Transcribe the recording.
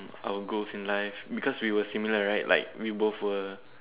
our goals in life because we were similar in life right like we both were